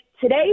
today